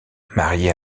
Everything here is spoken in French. marié